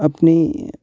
अपनी